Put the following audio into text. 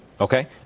Okay